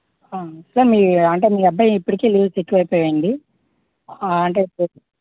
ఆ సార్ మీ అంటే మీ అబ్బాయి ఇప్పటికే లీవ్స్ ఎక్కువైపోయాయండి ఆ అంటే